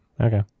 Okay